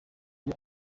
iyo